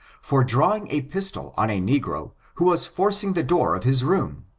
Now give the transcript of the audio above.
for drawing a pistol on a negro who was forcing the door of his room!